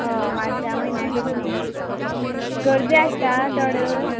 हय मार्चा म्हयन्याक येतलीं गर्दी आसता चड